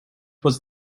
was